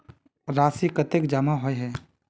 राशि कतेक जमा होय है?